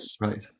Right